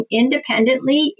independently